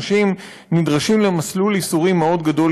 אנשים נדרשים למסלול ייסורים מאוד גדול